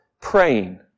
praying